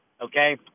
okay